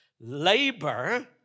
labor